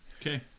okay